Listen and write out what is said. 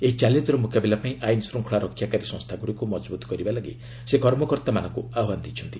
ଏହି ଚ୍ୟାଲେଞ୍ଚର ମୁକାବିଲା ପାଇଁ ଆଇନ୍ ଶୃଙ୍ଗଳା ରକ୍ଷାକାରୀ ସଂସ୍ଥାଗୁଡ଼ିକୁ ମଜବୁତ୍ କରିବାଲାଗି ସେ କର୍ମକର୍ତ୍ତାମାନଙ୍କୁ ଆହ୍ୱାନ ଦେଇଛନ୍ତି